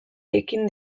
ekin